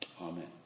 Amen